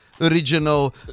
original